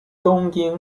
东京